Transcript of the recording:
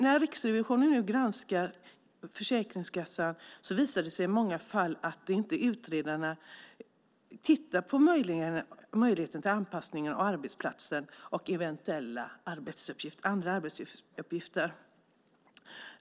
När Riksrevisionen nu granskar Försäkringskassan visar det sig i många fall att utredarna inte tittar på möjligheten till anpassning av arbetsplatser och eventuella andra arbetsuppgifter.